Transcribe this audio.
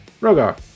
Rogar